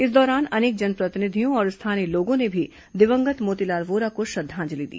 इस दौरान अनेक जनप्रतिनिधियों और स्थानीय लोगों ने भी दिवंगत मोतीलाल वोरा को श्रद्धांजलि दी